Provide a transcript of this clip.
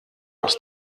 aus